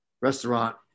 restaurant